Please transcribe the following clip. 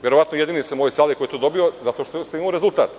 Verovatno sam jedini u ovoj sali koji je to dobio, zato što sam imamo rezultat.